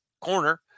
corner